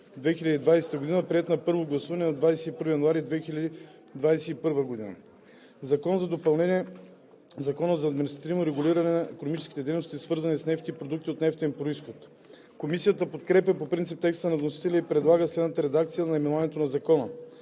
2020 г., приет на първо гласуване на 21 януари 2021 г. „Закон за допълнение на Закона за административното регулиране на икономическите дейности, свързани с нефт и продукти от нефтен произход“. Комисията подкрепя по принцип текста на вносителя и предлага следната редакция на наименованието на Закона: